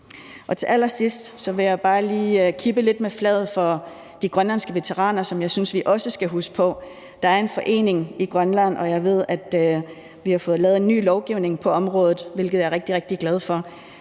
Til allersidst vil jeg bare lige kippe lidt med flaget for de grønlandske veteraner, som jeg synes vi også skal huske på. Der er en forening i Grønland, og jeg ved, at vi har fået lavet en ny lovgivning på området, hvilket jeg er rigtig, rigtig glad for,